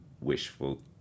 wishful